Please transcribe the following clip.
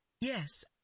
Yes